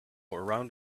around